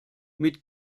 mit